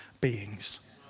beings